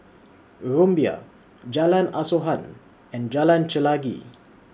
Rumbia Jalan Asuhan and Jalan Chelagi